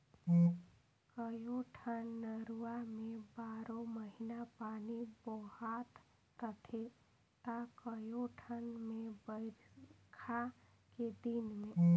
कयोठन नरूवा में बारो महिना पानी बोहात रहथे त कयोठन मे बइरखा के दिन में